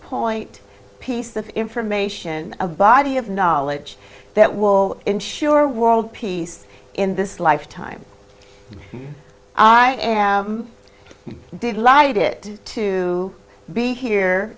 point piece of information a body of knowledge that will ensure world peace in this life time i am did light it to be here